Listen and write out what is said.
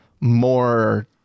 more